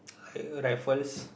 uh Raffles